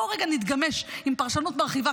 בואו רגע נתגמש עם פרשנות מרחיבה,